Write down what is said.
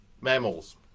mammals